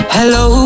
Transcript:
Hello